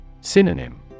Synonym